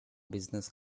business